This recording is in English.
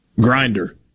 Grinder